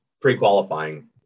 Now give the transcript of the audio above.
pre-qualifying